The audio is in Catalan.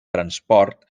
transport